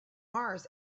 mars